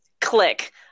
click